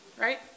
Right